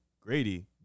Grady